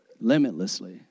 limitlessly